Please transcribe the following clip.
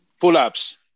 Pull-ups